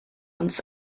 uns